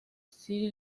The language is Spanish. sri